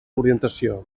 orientació